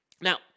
Now